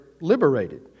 liberated